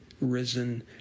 risen